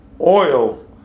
oil